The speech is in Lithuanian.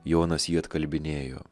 jonas jį atkalbinėjo